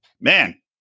man